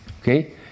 Okay